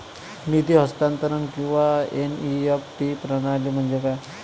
निधी हस्तांतरण किंवा एन.ई.एफ.टी प्रणाली म्हणजे काय?